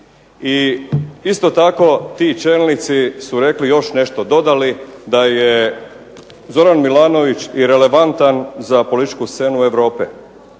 i isto tako ti čelnici su rekli još nešto, dodali da je Zoran Milanović irelevantan za političku scenu Europe,